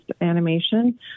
animation